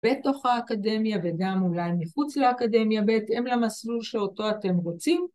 בתוך האקדמיה וגם אולי מחוץ לאקדמיה בהתאם למסלול שאותו אתם רוצים